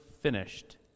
finished